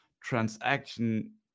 transaction